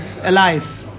alive